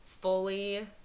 fully